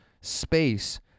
space